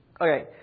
Okay